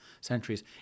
centuries